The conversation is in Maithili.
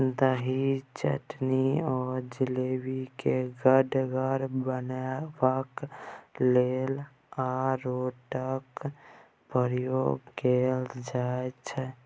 दही, चटनी आ जैली केँ गढ़गर बनेबाक लेल अरारोटक प्रयोग कएल जाइत छै